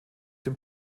dem